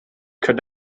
could